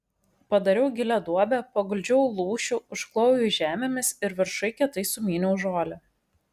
padariau gilią duobę paguldžiau lūšių užklojau jį žemėmis ir viršuj kietai sumyniau žolę